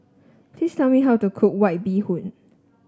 please tell me how to cook White Bee Hoon